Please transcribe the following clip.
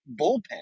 bullpen